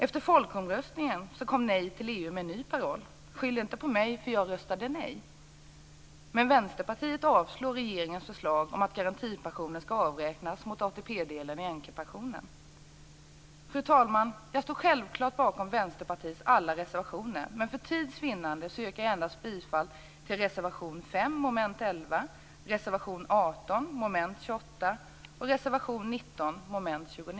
Efter folkomröstningen kom Nej till EU med en ny paroll: Skyll inte på mig - jag röstade nej! Vänsterpartiet avvisar regeringens förslag om att garantipensionen skall avräknas mot ATP-delen i änkepensionen. Fru talman! Jag står självfallet bakom Vänsterpartiets alla reservationer, men för tids vinnande yrkar jag bifall endast till reservation 5 under mom. 11, reservation 18 under mom. 28 och reservation 19